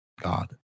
God